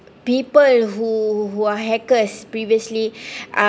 people who who are hackers previously uh